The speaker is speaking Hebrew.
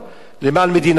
למען מדינת ישראל.